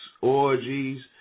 orgies